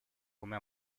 come